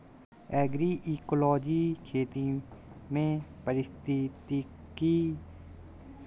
agroecology खेती में पारिस्थितिक अवधारणाओं और सिद्धांतों का अनुप्रयोग है